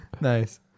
Nice